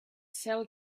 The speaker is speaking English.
sell